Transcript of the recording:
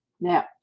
Now